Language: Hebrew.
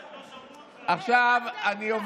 ולא נחשוב שאולי מה